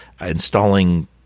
installing